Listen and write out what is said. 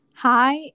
Hi